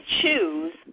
choose